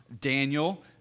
Daniel